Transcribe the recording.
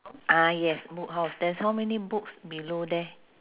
ah yes book house there's how many books below there